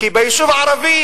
כי ביישוב ערבי